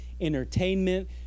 entertainment